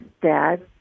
dad